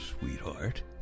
sweetheart